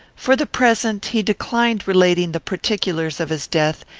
for the present he declined relating the particulars of his death,